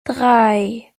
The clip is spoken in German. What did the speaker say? drei